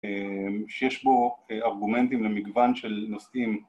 שיש בו ארגומנטים למגוון של נוסעים